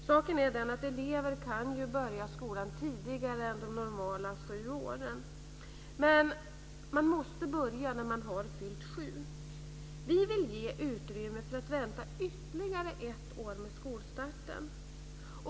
Saken är den att elever ju kan börja skolan tidigare än normalt vid sju års ålder. Men man måste börja när man har fyllt sju år. Vi vill ge utrymme för att vänta ytterligare ett år med skolstarten.